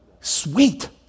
Sweet